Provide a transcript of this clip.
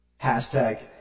Hashtag